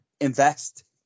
invest